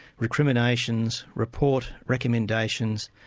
recriminations, report, recommendations,